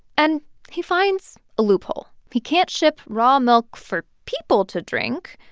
and he finds a loophole. he can't ship raw milk for people to drink,